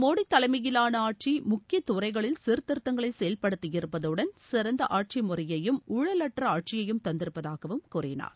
மோடி தலைமையிலான ஆட்சி முக்கிய துறைகளில் சீர்திருத்தங்களை செயல்படுத்தியிருப்பதுடன் சிறந்த ஆட்சி முறையையும் ஊழலற்ற ஆட்சியையும் தந்திருப்பதாகவும் கூறினார்